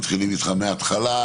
מתחילים איתך מההתחלה,